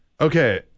Okay